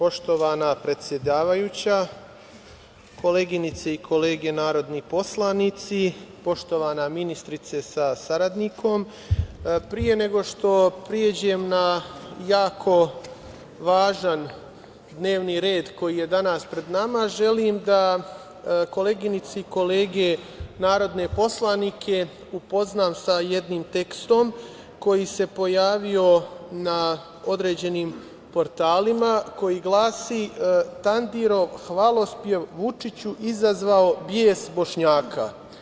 Poštovana predsedavajuća, koleginice i kolege narodni poslanici, poštovana ministrice sa saradnikom, pre nego što pređem na jako važan dnevni red koji je danas pred nama, želim da koleginice i kolege narodne poslanike upoznam sa jednim tekstom koji se pojavio na određenim portalima, koji glasi „Tandirov hvalospev Vučiću izazvao bes Bošnjaka“